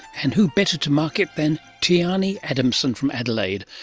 and who better to mark it than tiahni adamson from adelaide,